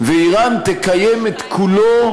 ואיראן תקיים את כולו,